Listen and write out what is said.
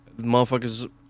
motherfuckers